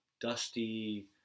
dusty